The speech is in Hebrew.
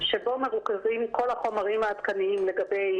שבו מרוכזים כל החומרים העדכניים לגבי